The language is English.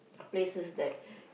places that